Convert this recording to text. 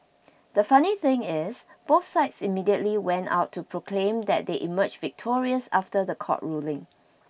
the funny thing is both sides immediately went out to proclaim that they emerged victorious after the court ruling